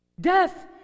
Death